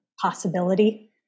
possibility